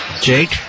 Jake